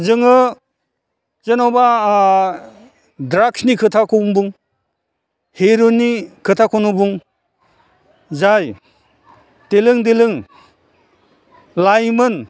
जोङो जेनबा द्राग्सनि खोथाखौनो बुं हिर'इननि खोथाखौनो बुं जाय देलों देलों लाइमोन